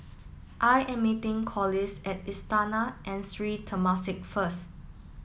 I am meeting Corliss at Istana and Sri Temasek first